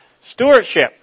Stewardship